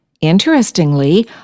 Interestingly